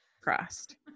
crossed